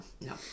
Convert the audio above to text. No